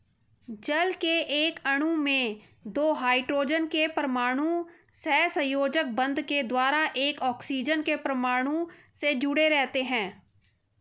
जल के एक अणु में दो हाइड्रोजन के परमाणु सहसंयोजक बंध के द्वारा एक ऑक्सीजन के परमाणु से जुडे़ रहते हैं